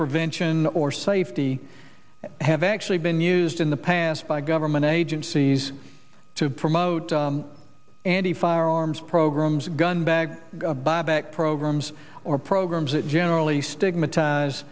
prevention or safety have actually been used in the past by government agencies to promote anti firearms programs gun bag buyback programs or programs that generally stigmatize